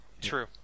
True